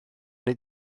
wnei